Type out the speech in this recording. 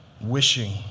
Wishing